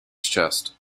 chest